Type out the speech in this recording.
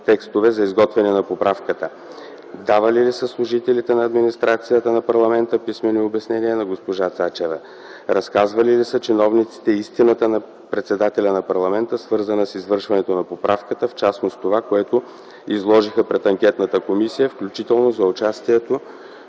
текстове” за изготвяне на поправката? 4. Давали ли са служителите от администрацията на парламента писмени обяснения на госпожа Цачева? 5. Разказвали ли са чиновниците истината на председателя на парламента, свързана с извършването на поправката, в частност това, което изложиха пред анкетната комисия, включително за участието